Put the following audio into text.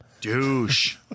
Douche